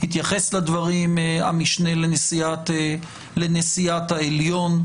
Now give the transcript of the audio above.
והתייחס לדברים המשנה לנשיאת העליון.